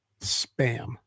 Spam